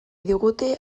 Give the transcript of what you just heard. digute